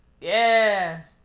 Yes